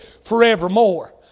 forevermore